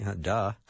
Duh